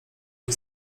tej